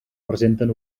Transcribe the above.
presenten